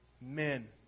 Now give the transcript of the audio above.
men